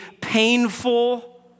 painful